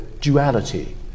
duality